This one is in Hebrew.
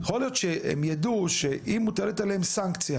יכול להיות שהם ידעו שאם מוטלת עליהם סנקציה